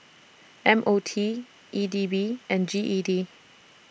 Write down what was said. M O T E D B and G E D